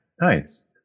nice